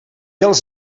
els